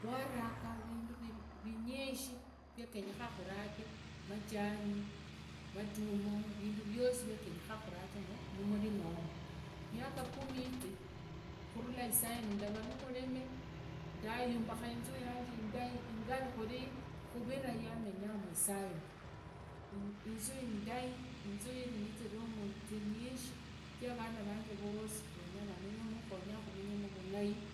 Kwaruga vindu vinyishi viagenyekha khurage. majani. matumaa. vindu viosi viakhunyesha khuraje mumurimi omo. miaka kumi yiji khurula isainu ndavaa numurimi ndayumbakha inzu yanje ingari khuviva yamenyamu isuinu inzu indai. inzu iri na zirumu zinyishi. zia vana vanje vosi vavenyakhamenyamu. khumenyemu vulai.